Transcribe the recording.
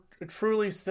truly